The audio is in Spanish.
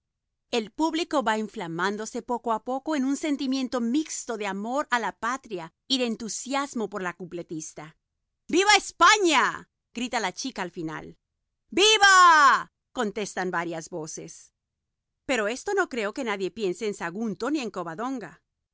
el público va inflamándose poco a poco en un sentimiento mixto de amor a la patria y de entusiasmo por la cupletista viva españa grita la chica al final viva contestan varias voces pero no creo que nadie piense en sagunto ni en covadonga